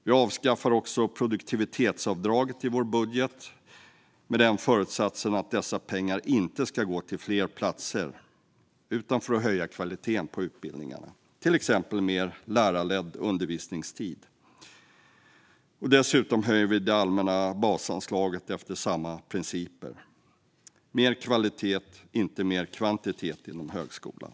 Vi avskaffar produktivitetsavdraget i vår budget med föresatsen att dessa pengar inte ska gå till fler platser utan till att höja kvaliteten på utbildningarna genom till exempel mer lärarledd undervisningstid. Dessutom höjer vi det allmänna basanslaget efter samma principer: mer kvalitet, inte mer kvantitet, inom högskolan.